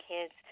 kids